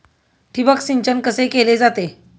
ठिबक सिंचन कसे केले जाते?